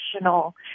emotional